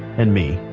and me,